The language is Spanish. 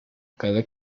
cada